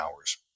hours